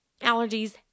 allergies